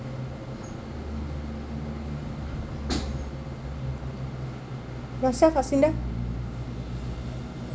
yourself rasinda